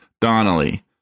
Donnelly